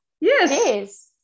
yes